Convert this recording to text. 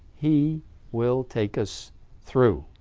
he will take us through.